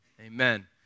Amen